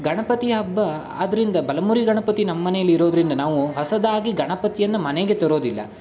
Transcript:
ಗಣಪತಿ ಹಬ್ಬ ಆದ್ದರಿಂದ ಬಲಮುರಿ ಗಣಪತಿ ನಮ್ಮ ಮನೇಲ್ಲಿರೋದರಿಂದ ನಾವು ಹೊಸದಾಗಿ ಗಣಪತಿಯನ್ನು ಮನೆಗೆ ತರೋದಿಲ್ಲ